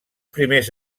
primers